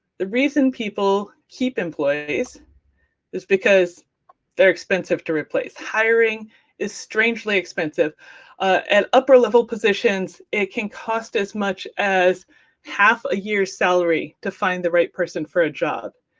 the reason people keep employees is because they're expensive to replace. hiring is strangely expensive, and at upper level positions, it can cost as much as half a year's salary to find the right person for a job.